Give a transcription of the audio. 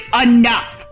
enough